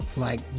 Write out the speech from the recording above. like,